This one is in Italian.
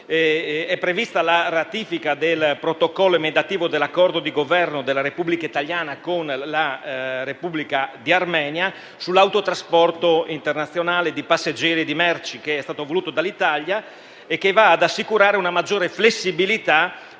è prevista la ratifica del Protocollo emendativo dell'Accordo tra la Repubblica italiana e la Repubblica di Armenia sull'autotrasporto internazionale di passeggeri e di merci, che è stato voluto dall'Italia e che va ad assicurare una maggiore flessibilità